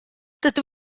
dydw